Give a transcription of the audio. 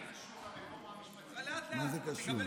טוב.